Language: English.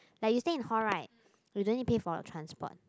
like you stay in hall right you don't need pay for the transport